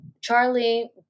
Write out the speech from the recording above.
charlie